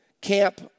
camp